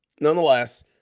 Nonetheless